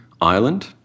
Ireland